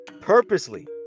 purposely